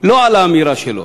לא על האמירה שלו,